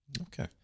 Okay